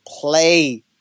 play